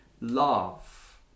love